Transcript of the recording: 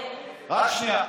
תקשיב, רק שנייה,